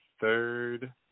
third